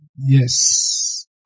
Yes